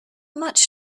much